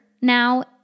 now